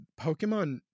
pokemon